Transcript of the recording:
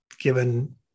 given